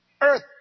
earth